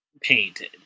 painted